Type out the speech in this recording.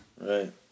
Right